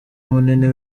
munini